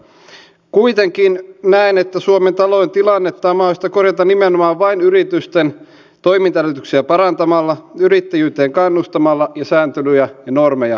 oppositio on hyvin herkkänä siinä mitä täältä hallituspuolueesta puhutaan mutta sitten kauheasti käytetään tämmöisiä termejä kuin heitteillejättö synonyymillä heitteillepano